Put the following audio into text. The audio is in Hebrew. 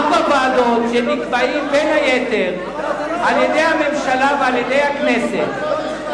ועדות שנקבעות בין היתר על-ידי הממשלה ועל-ידי הכנסת,